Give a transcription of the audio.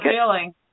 feeling